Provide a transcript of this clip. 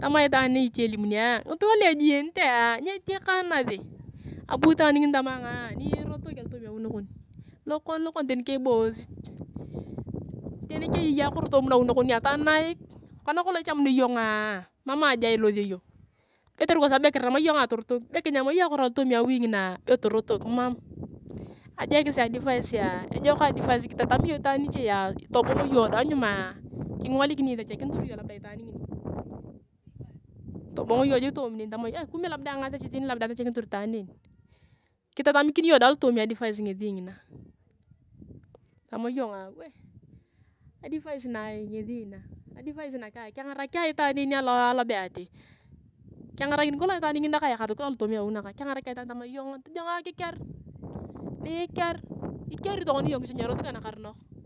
Tama iche taan niti elimunia ngitunga lu ejiyenetea nyietiakanasi. Abu itaan ngini tamaa ayonga nyirotok alotoomi awi nakon lokon lokon tani kibosit. Tani keyei akoro toomi nawi nakonia tanaik kwa nakolong ichamunea iyongaa mam aja ilosio iyong be kotere kiram iyongaa torotok be kinyam iyong akoro alotoomi awi nginaa be torotok mam. Ajekis advice kitatami iyong itaan niche, tobong iyong dae nyumaa, kingolik ni isechakinitor iyong itaan ngini. Tobong iyong jik nyuma tamaa kumbe ayong asechakinitor itaan en, kitatamikin iyong dae alotoomi adivice ngina. Tamaa iyongaa advice ngina ngesi na. Advice nakaa kengarak ayong itaan en alowai alobe ati, kengarakini kolong ayong itaan ngini na kayakarit kolong ayong alotooma awi nakang na kengarak ayong itaan ngini tamaa iyongaa tojongo akiker, nyiker, ikeri tokona iyong kichenyaros ka nakaronok.